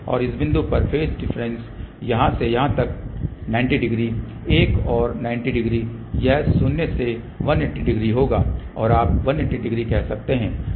तो इस बिंदु पर फेज डिफ्रेंस यहाँ से यहाँ तक 90 डिग्री एक और 90 डिग्री तो यह शून्य से 180 डिग्री होगा या आप 180 डिग्री कह सकते हैं